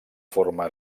forma